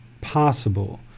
possible